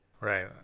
Right